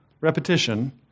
repetition